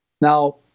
Now